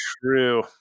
true